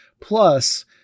Plus